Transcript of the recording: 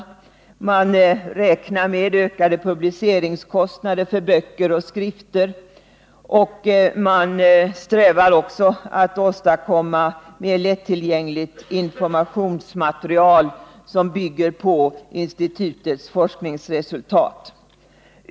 Institutet räknar med ökade publiceringskostnader för böcker och skrifter, och det strävar efter att åstadkomma mer lättillgängligt informationsmaterial byggt på institutets forskningsresultat.